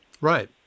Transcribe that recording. Right